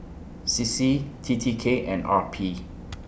C C T T K and R P